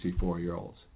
64-year-olds